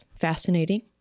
fascinating